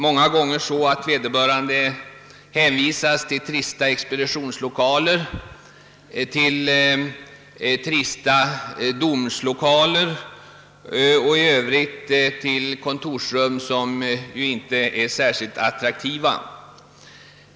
Många gånger hänvisas vederbörande till trista expeditionslokaler, till tråkiga domslokaler och till kontorsrum som inte är särskilt attraktiva.